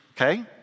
Okay